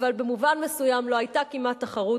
אבל במובן מסוים לא היתה כמעט תחרות